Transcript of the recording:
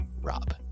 Rob